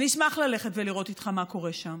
אני אשמח ללכת ולראות איתך מה קורה שם.